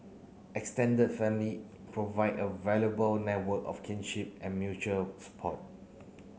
extended family provide a valuable network of kinship and mutual support